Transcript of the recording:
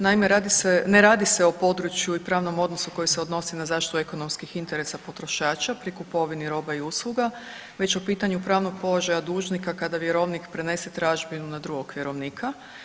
Naime, ne radi se o području i pravnom odnosu koji se odnosi na zaštitu ekonomskih interesa potrošača pri kupovini roba i usluga već u pitanju pravnog položaja dužnika kada vjerovnik prenese tražbinu na drugog vjerovnika.